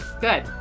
good